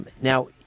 Now